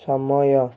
ସମୟ